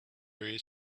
very